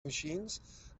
machines